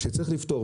וצריך לפתור,